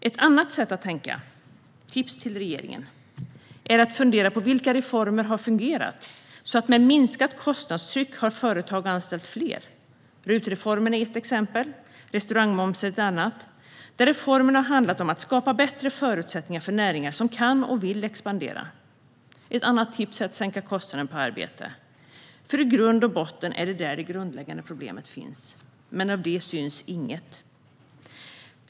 Ett annat sätt att tänka - det här är ett tips till regeringen - är att fundera på vilka reformer som har fungerat. Med minskat kostnadstryck har företag anställt fler. RUT-reformen är ett exempel och restaurangmomsen ett annat. Reformerna har handlat om att skapa bättre förutsättningar för näringar som kan och vill expandera. Ett annat tips är att sänka kostnaden på arbete. I grund och botten är det där det grundläggande problemet finns. Men av det syns inget.